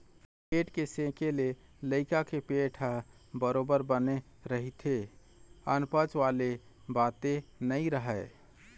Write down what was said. पेट के सेके ले लइका के पेट ह बरोबर बने रहिथे अनपचन वाले बाते नइ राहय